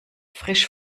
frisch